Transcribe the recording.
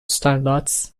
standards